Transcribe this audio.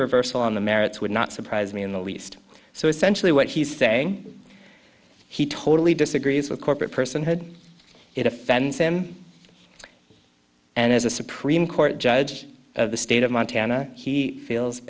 reversal on the merits would not surprise me in the least so essentially what he's saying he totally disagrees with corporate personhood it offends him and as a supreme court judge of the state of montana he feels